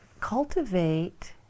cultivate